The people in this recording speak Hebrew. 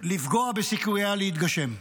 לפגוע בסיכוייה להתגשם.